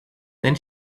then